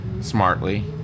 smartly